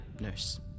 Nurse